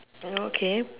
oh okay